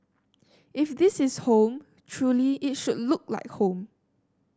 if this is home truly it should look like home